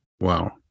Wow